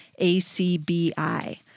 ACBI